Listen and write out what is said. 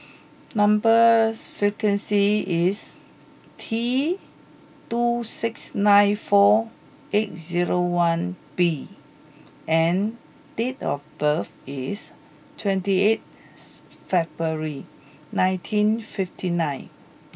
number sequence is T two six nine four eight zero one B and date of birth is twenty eighth February nineteen fifty nine